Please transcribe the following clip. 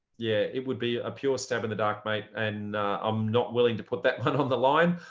yeah it would be a pure stab in the dark, mate. and i'm not willing to put that one on the line.